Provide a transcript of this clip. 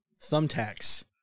thumbtacks